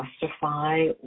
justify